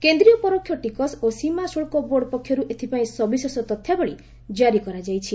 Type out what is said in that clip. କେନ୍ଦ୍ରୀୟ ପରୋକ୍ଷ ଟିକସ ଓ ସୀମାଶୁଲ୍କ ବୋର୍ଡ ପକ୍ଷରୁ ଏଥିପାଇଁ ସବିଶେଷ ତଥ୍ୟାବଳୀ ଜାରି କରାଯାଇଛି